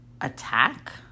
attack